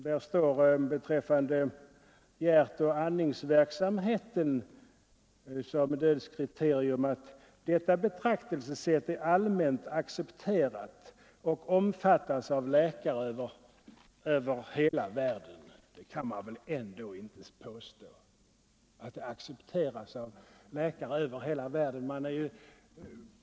Där står beträffande hjärtoch andningsverksamhetens upphörande som dödskriterium: ”Detta betraktelsesätt är allmänt accepterat och omfattas av läkare över hela världen.” Det kan man väl ändå inte påstå!